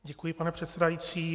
Děkuji, pane předsedající.